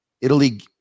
Italy